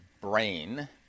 brain